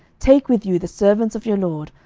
take with you the servants of your lord,